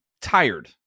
tired